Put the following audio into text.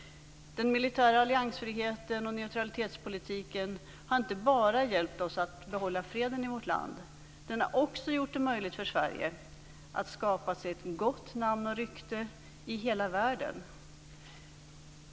Den militära alliansfriheten och neutralitetspolitiken har inte bara hjälpt oss att behålla freden i vårt land. Den har också gjort det möjligt för Sverige att skapa sig ett gott namn och rykte i hela världen.